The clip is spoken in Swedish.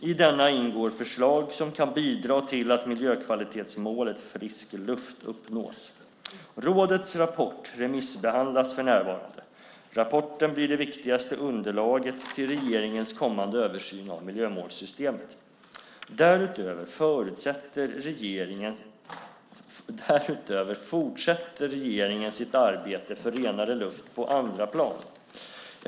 I denna ingår förslag som kan bidra till att miljökvalitetsmålet Frisk luft uppnås. Rådets rapport remissbehandlas för närvarande. Rapporten blir det viktigaste underlaget till regeringens kommande översyn av miljömålssystemet. Därutöver fortsätter regeringen sitt arbete för renare luft på andra plan.